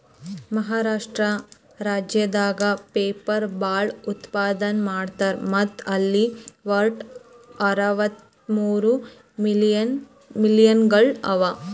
ಮಹಾರಾಷ್ಟ್ರ ರಾಜ್ಯದಾಗ್ ಪೇಪರ್ ಭಾಳ್ ಉತ್ಪಾದನ್ ಮಾಡ್ತರ್ ಮತ್ತ್ ಅಲ್ಲಿ ವಟ್ಟ್ ಅರವತ್ತಮೂರ್ ಮಿಲ್ಗೊಳ್ ಅವಾ